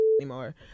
anymore